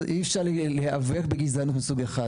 אי אפשר להיאבק בגזענות מסוג אחד.